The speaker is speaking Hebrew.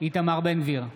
איתמר בן גביר,